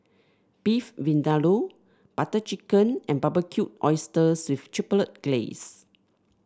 Beef Vindaloo Butter Chicken and Barbecued Oysters with Chipotle Glaze